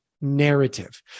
narrative